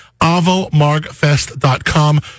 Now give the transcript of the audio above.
Avomargfest.com